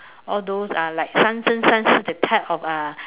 all those are like Sunzhen Sunzhen that type of uh